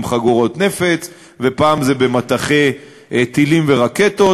חגורות נפץ ופעם זה מטחי טילים ורקטות,